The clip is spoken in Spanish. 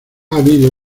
habido